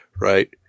right